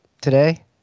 today